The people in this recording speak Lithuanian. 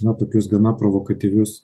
na tokius gana provokatyvius